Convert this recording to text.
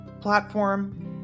platform